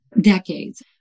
decades